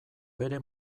bere